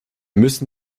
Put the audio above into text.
müssen